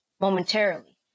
momentarily